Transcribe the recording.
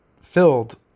filled